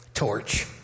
torch